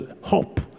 hope